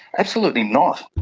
absolutely not.